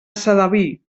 sedaví